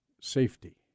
safety